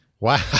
Wow